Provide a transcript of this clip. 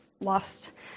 lost